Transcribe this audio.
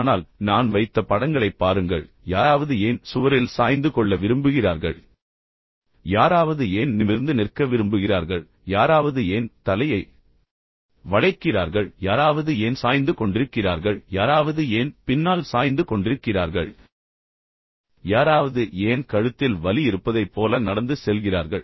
ஆனால் நான் வைத்த படங்களைப் பாருங்கள் யாராவது ஏன் சுவரில் சாய்ந்து கொள்ள விரும்புகிறார்கள் யாராவது ஏன் நிமிர்ந்து நிற்க விரும்புகிறார்கள் யாராவது ஏன் தலையை வளைக்கிறார்கள் யாராவது ஏன் சாய்ந்து கொண்டிருக்கிறார்கள் யாராவது ஏன் பின்னால் சாய்ந்து கொண்டிருக்கிறார்கள் யாராவது ஏன் கழுத்தில் வலி இருப்பதைப் போல நடந்து செல்கிறார்கள்